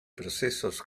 procesos